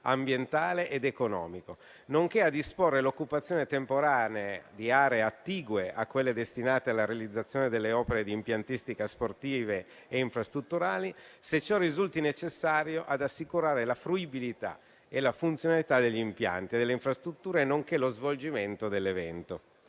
ambientale ed economico, nonché a disporre l'occupazione temporanea di aree attigue a quelle destinate alla realizzazione delle opere di impiantistica, sportive e infrastrutturali, se ciò risulti necessario ad assicurare la fruibilità e la funzionalità degli impianti e delle infrastrutture, nonché lo svolgimento dell'evento.